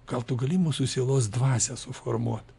gal tu gali mūsų sielos dvasią suformuot